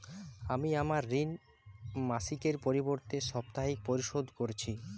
আমি আমার ঋণ মাসিকের পরিবর্তে সাপ্তাহিক পরিশোধ করছি